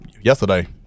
yesterday